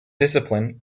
discipline